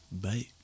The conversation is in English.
Bye